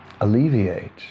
alleviate